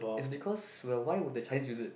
it's because why would the Chinese use it